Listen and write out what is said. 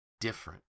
different